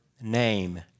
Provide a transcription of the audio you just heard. name